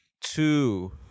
two